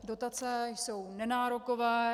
Dotace jsou nenárokové.